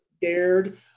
scared